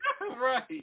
Right